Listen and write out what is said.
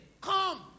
come